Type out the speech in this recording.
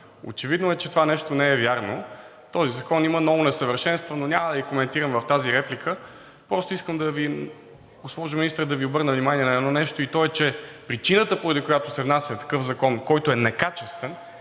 Очевидно е, че това нещо не е вярно. Този закон има много несъвършенства, но няма да ги коментирам в тази реплика. Просто искам, госпожо Министър, да Ви обърна внимание на едно нещо и то е, че причината, поради която се внася такъв законопроект, който е некачествен,